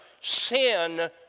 Sin